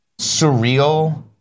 surreal